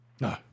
No